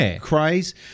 craze